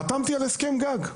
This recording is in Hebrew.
חתמתי על הסכם גג.